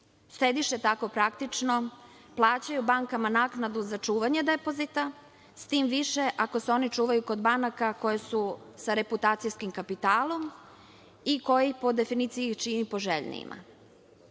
Štediše tako praktično plaćaju bankama naknadu za čuvanje depozita, tim više ako se oni čuvaju kod banaka koje su sa reputacijskim kapitalom i koji ih, po definiciji, čini poželjnijima. Iako